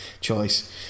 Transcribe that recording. choice